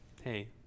hey